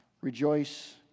rejoice